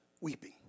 weeping